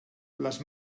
les